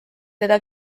teda